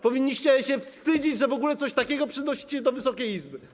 Powinniście się wstydzić, że w ogóle coś takiego przynosicie do Wysokiej Izby.